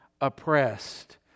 oppressed